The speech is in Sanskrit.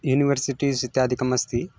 यूनिवर्सिटीस् इत्यादिकमस्ति